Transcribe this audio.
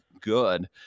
good